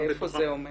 ואיפה זה עומד?